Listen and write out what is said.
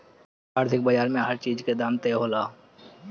आर्थिक बाजार में हर चीज के दाम तय होला